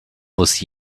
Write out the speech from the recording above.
muss